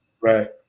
Right